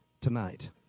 tonight